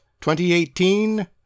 2018